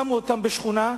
שמו אותם בשכונה,